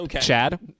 Chad